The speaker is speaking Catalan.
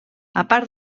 part